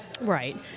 Right